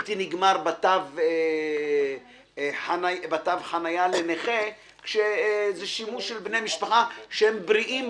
הבלתי נגמר בתו החניה לנכה כאשר זה שימוש של בני משפחה שהם בריאים,